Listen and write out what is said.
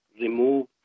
remove